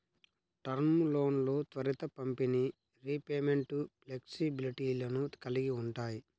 term లోన్లు త్వరిత పంపిణీ, రీపేమెంట్ ఫ్లెక్సిబిలిటీలను కలిగి ఉంటాయి